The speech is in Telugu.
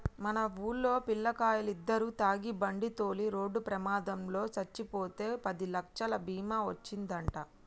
మన వూల్లో పిల్లకాయలిద్దరు తాగి బండితోలి రోడ్డు ప్రమాదంలో సచ్చిపోతే పదిలచ్చలు బీమా ఒచ్చిందంట